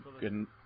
good